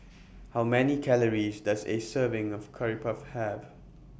How Many Calories Does A Serving of Curry Puff Have